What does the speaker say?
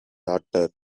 daughter